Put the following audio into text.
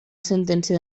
sentència